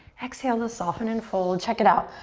exhale to soften and fold. check it out.